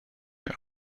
your